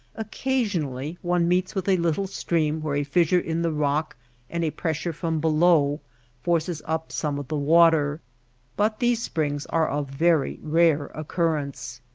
occasionally one meets with a little stream where a fissure in the rock and a pressure from below forces up some of the water but these springs are of very rare occurrence.